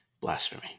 Blasphemy